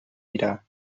mirar